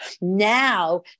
Now